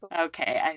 Okay